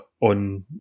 on